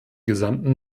gesamten